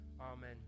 Amen